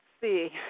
see